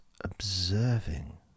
observing